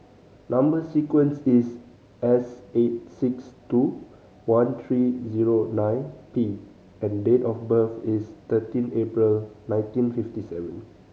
number sequence is S eight six two one three zero nine D and date of birth is thirteen April nineteen fifty seven